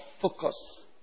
focus